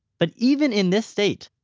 but even in this state,